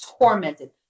Tormented